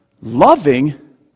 loving